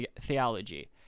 theology